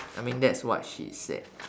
I mean that's what she said